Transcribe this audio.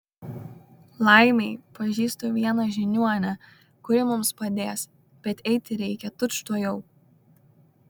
laimei pažįstu vieną žiniuonę kuri mums padės bet eiti reikia tučtuojau